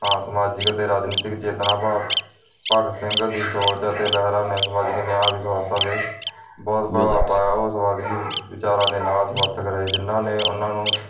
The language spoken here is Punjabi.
ਹਾਂ ਸਮਾਜਿਕ ਅਤੇ ਰਾਜਨੀਤਿਕ ਚੇਤਨਾ ਭਾਗ ਭਗਤ ਸਿੰਘ ਦੀ ਸੋਚ ਅਤੇ ਲਹਿਰਾਂ ਨੇ ਸਮਾਜਿਕ ਨਿਆਂ ਵਿੱਚ ਔਰਤਾਂ ਦੇ ਬਹੁਤ ਪ੍ਰਭਾਵ ਪਾਇਆ ਉਸ ਵੱਧ ਗਈ ਵਿਚਾਰਾ ਦੇ ਨਾਲ ਸਮਰਥਕ ਰਹੇ ਜਿਨਾਂ ਨੇ ਉਹਨਾਂ ਨੂੰ